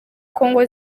congo